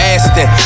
Aston